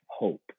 Hope